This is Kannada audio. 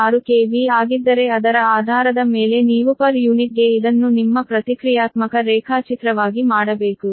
6 KV ಆಗಿದ್ದರೆ ಅದರ ಆಧಾರದ ಮೇಲೆ ನೀವು ಪರ್ ಯೂನಿಟ್ ಗೆ ಇದನ್ನು ನಿಮ್ಮ ಪ್ರತಿಕ್ರಿಯಾತ್ಮಕ ರೇಖಾಚಿತ್ರವಾಗಿ ಮಾಡಬೇಕು